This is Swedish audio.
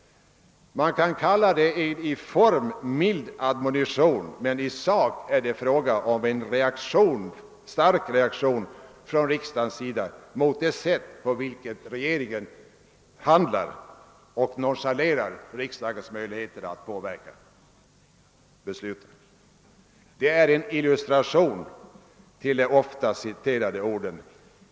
Man kan kalla uttalandet en i form mild admonition, men i sak är det fråga om en stark reaktion från riksdagens sida mot det sätt på vilket regeringen handlat med nonchalerande av riksdagens möjligheter att påverka besluten. Det är en illustration till de ofta citerade orden :.